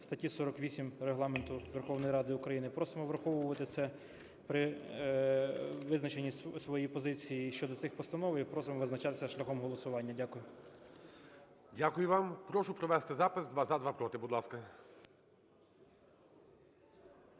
статті 48 Регламенту Верховної Ради України. Просимо враховувати це при визначенні своєї позиції щодо цих постанов і просимо визначатися шляхом голосування. Дякую. ГОЛОВУЮЧИЙ. Дякую вам. Прошу провести запис: два – за, два – проти. Будь ласка.